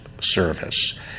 Service